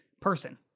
person